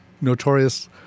notorious